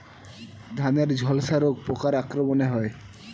ধানের ঝলসা রোগ পোকার আক্রমণে হয়?